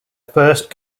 first